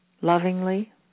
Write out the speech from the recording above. lovingly